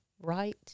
right